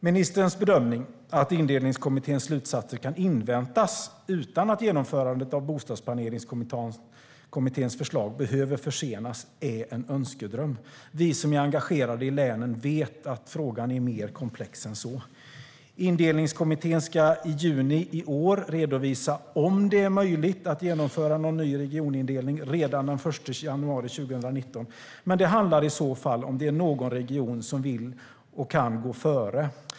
Ministerns bedömning att Indelningskommitténs slutsatser kan inväntas utan att genomförandet av Bostadsplaneringskommitténs förslag behöver försenas är en önskedröm. Vi som är engagerade i länen vet att frågan är mer komplex än så. Indelningskommittén ska i juni i år redovisa om det är möjligt att genomföra en ny regionindelning redan den 1 januari 2019, men det handlar i så fall om huruvida det är någon region som vill och kan gå före.